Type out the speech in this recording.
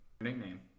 nickname